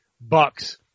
bucks